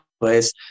place